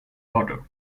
order